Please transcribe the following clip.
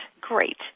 great